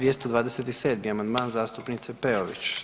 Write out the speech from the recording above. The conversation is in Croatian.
227. amandman zastupnice Peović.